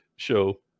Show